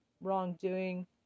wrongdoing